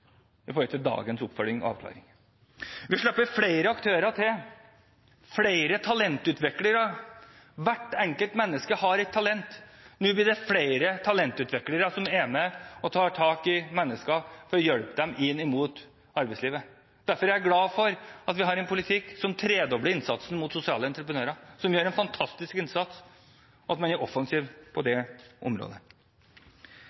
i forhold til dagens oppfølging og avklaring. Vi slipper flere aktører til, flere talentutviklere. Hvert enkelt menneske har et talent. Nå blir det flere talentutviklere som er med og tar tak i mennesker for å hjelpe dem inn mot arbeidslivet. Derfor er jeg glad for at vi har en politikk som tredobler innsatsen mot sosiale entreprenører, som gjør en fantastisk innsats – at man er offensiv på det området.